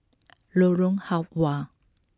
Lorong Halwa